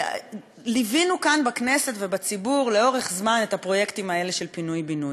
ליווינו כאן בכנסת ובציבור לאורך זמן את הפרויקטים האלה של פינוי-בינוי,